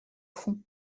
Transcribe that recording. fond